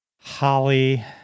Holly